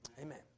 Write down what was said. Amen